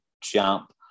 jump